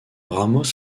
ramos